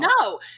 no